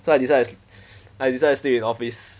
so I decide to I decide to sleep in office